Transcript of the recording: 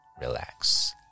Relax